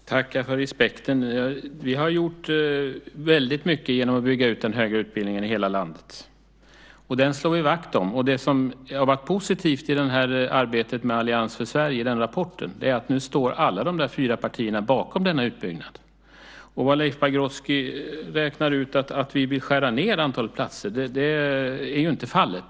Fru talman! Jag tackar för respekten. Vi har gjort väldigt mycket genom att bygga ut den högre utbildningen i hela landet, och den slår vi vakt om. Det som har varit positivt i arbetet med rapporten från Allians för Sverige är att alla dessa fyra partier nu står bakom denna utbyggnad. Leif Pagrotsky räknar ut att vi vill skära ned antalet platser. Det är ju inte fallet.